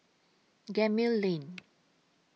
Gemmill Lane